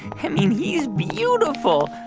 i mean, he's beautiful.